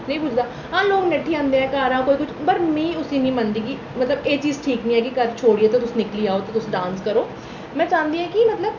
नेईं पुजदा हां लोग नट्ठी औंदे न घरै दा पर में उसी निं मनदी कि मतलब एह् चीज ठीक निं कि घर छोड़ियै ते तुस निकली जाओ ते डांस करो में चांह्दी आं कि मतलब